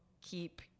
keep